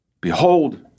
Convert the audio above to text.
Behold